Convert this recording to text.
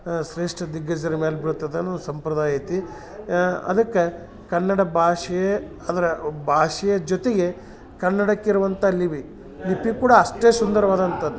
ಶ್ರೇಷ್ಠ ದಿಗ್ಗಜರ ಮ್ಯಾಲ ಬೀಳ್ತದನ್ನು ಸಂಪ್ರದಾಯ ಐತಿ ಅದಕ್ಕೆ ಕನ್ನಡ ಭಾಷೆ ಅಂದ್ರೆ ಭಾಷೆಯ ಜೊತೆಗೆ ಕನ್ನಡಕ್ಕಿರುವಂಥ ಲಿವಿ ಲಿಪಿ ಕೂಡ ಅಷ್ಟೇ ಸುಂದರವಾದಂಥದ್ದು